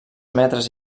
metres